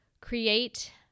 create